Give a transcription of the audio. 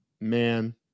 man